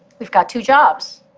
we've got two jobs.